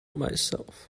myself